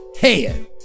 head